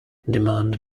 demand